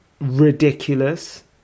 ridiculous